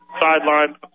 sideline